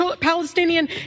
Palestinian